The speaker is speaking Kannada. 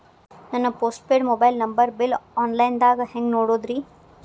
ನನ್ನ postpaid mobile number bill, online ದಾಗ ಹ್ಯಾಂಗ್ ನೋಡೋದ್ರಿ?